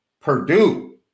Purdue